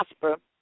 prosper